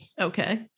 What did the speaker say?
okay